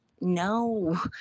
No